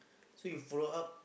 so you follow up